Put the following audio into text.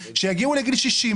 כשיגיעו לגיל 60,